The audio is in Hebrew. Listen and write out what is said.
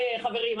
חברים,